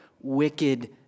Wicked